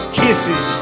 kisses